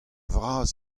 vras